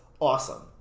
awesome